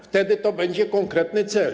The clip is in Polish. Wtedy to będzie konkretny cel.